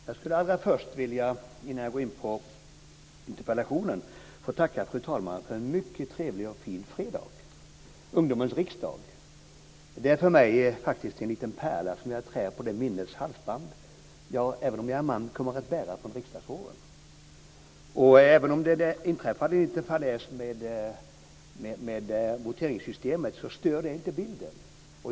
Fru talman! Innan jag går in på interpellationen skulle jag allra först vilja tacka fru talman för en mycket trevlig och fin fredag, ungdomens riksdag. Det är för mig faktiskt en liten pärla som jag trär på det minneshalsband som jag, även om jag är man, kommer att bära från riksdagsåren. Även om det inträffade en liten fadäs med voteringssystemet så stör det inte bilden.